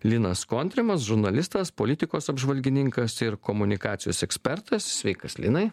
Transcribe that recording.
linas kontrimas žurnalistas politikos apžvalgininkas ir komunikacijos ekspertas sveikas linai